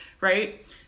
right